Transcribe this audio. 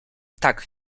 tak